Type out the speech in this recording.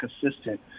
consistent